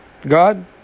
God